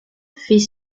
fait